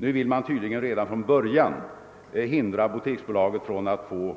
Nu vill man tydligen redan från början hindra apoteksbolaget från att få